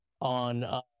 on